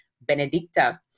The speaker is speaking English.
Benedicta